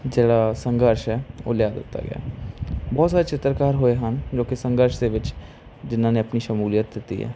ਜਿਹੜਾ ਸੰਘਰਸ਼ ਹੈ ਉਹ ਲਿਆ ਦਿੱਤਾ ਗਿਆ ਬਹੁਤ ਸਾਰੇ ਚਿੱਤਰਕਾਰ ਹੋਏ ਹਨ ਜੋ ਕਿ ਸੰਘਰਸ਼ ਦੇ ਵਿੱਚ ਜਿਨ੍ਹਾਂ ਨੇ ਆਪਣੀ ਸ਼ਮੂਲੀਅਤ ਦਿੱਤੀ ਹੈ